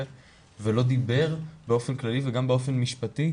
ולא דיבר באופן כללי וגם באופן משפטי,